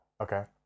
Okay